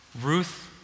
Ruth